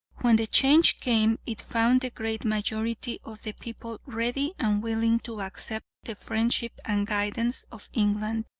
when the change came it found the great majority of the people ready and willing to accept the friendship and guidance of england,